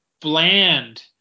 bland